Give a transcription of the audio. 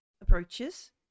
approaches